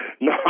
No